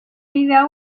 vida